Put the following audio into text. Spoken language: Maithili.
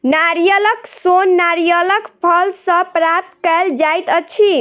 नारियलक सोन नारियलक फल सॅ प्राप्त कयल जाइत अछि